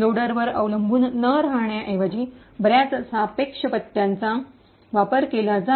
लोडरवर अवलंबून न राहण्याऐवजी बर्याच सापेक्ष पत्त्याचा वापर केला जातो